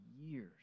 years